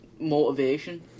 motivation